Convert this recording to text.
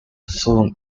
soon